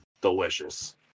delicious